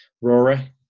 Rory